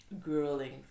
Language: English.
grueling